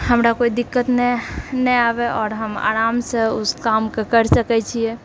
हमरा कोइ दिक्कत नहि नहि आबय आओर हम आरामसँ उस कामकऽ करि सकैत छियै